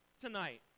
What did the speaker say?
tonight